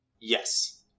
Yes